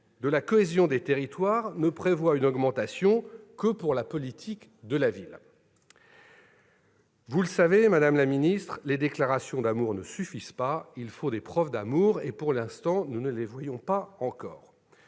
de la cohésion des territoires n'augmentent que pour la politique de la ville ? Vous le savez, madame la ministre, les déclarations d'amour ne suffisent pas : il faut des preuves d'amour. Or, pour l'instant, nous ne les voyons pas encore